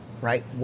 Right